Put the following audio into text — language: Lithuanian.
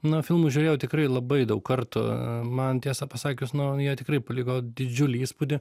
nu filmus žiūrėjau tikrai labai daug kartų man tiesą pasakius nu jie tikrai paliko didžiulį įspūdį